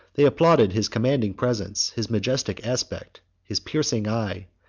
they applauded his commanding presence, his majestic aspect, his piercing eye,